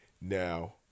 Now